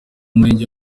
murenge